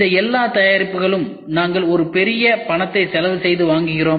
இந்த எல்லா தயாரிப்புகளுக்கும் நாங்கள் ஒரு பெரிய பணத்தை செலவழித்து வாங்குகிறோம்